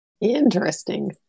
Interesting